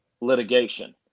litigation